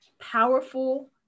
powerful